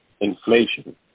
Inflation